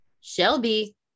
Shelby